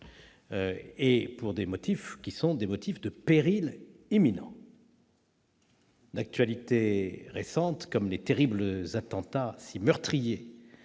impérieuse et pour des motifs de péril imminent. L'actualité récente comme les terribles attentats si meurtriers